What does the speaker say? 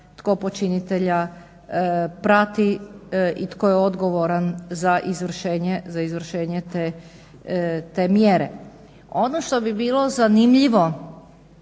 tko počinitelja prati i tko je odgovoran za izvršenje te mjere. Ono što bi bilo zanimljivo